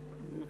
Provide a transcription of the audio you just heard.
זה,